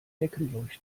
deckenleuchte